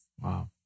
Wow